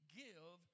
give